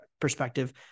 perspective